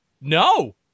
no